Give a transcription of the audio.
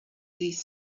these